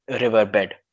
riverbed